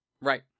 Right